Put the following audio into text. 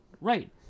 Right